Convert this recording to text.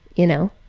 you know.